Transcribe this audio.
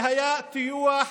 שהיה טיוח